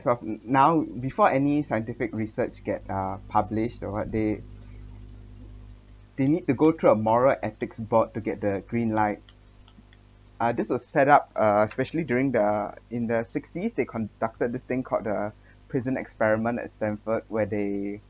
now before any scientific research get uh published or what they they need to go through a moral ethics board to get the green light uh this was set up uh especially during the in the sixties they conducted this thing called the prison experiment at stamford where they